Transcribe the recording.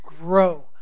grow